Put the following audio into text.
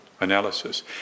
analysis